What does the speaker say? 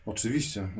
Oczywiście